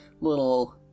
little